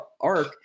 arc